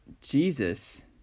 Jesus